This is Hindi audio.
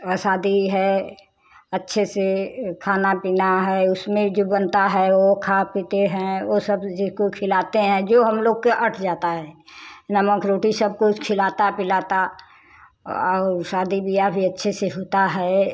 वा शादी है अच्छे से खाना पीना है उसमें जो बनता है वो खा पीते हैं वो सब जिसको खिलाते हैं जो हम लोग के अट जाता है नमक रोटी सब कुछ खिलाता पिलाता अउर शादी ब्याह भी अच्छे से होता है